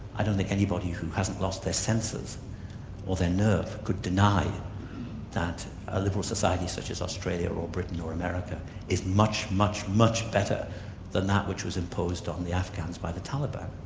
i don't think anybody who hasn't lost their senses or their nerve, could deny that a liberal society such as australia or britain yeah or america is much, much much better than that which was imposed on the afghans by the taliban.